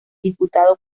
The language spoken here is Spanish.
diputado